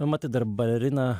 na matai dar balerina